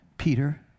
Peter